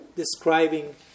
describing